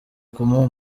kumuha